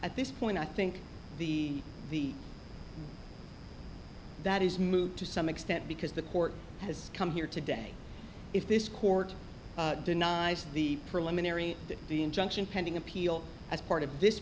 at this point i think the the that is moot to some extent because the court has come here today if this court denies the preliminary injunction pending appeal as part of this